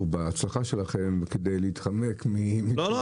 בהצלחה שלכם כדי להתחמק --- לא.